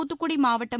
தூத்துக்குடி மாவட்டம்